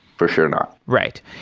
for sure, not. right.